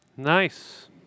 Nice